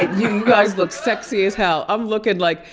you guys look sexy as hell. i'm looking like,